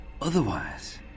Otherwise